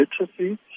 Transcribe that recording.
literacy